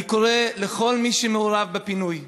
אני קורא לכל מי שמעורב בפינוי: